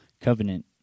covenant